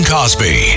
Cosby